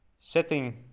setting